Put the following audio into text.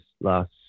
last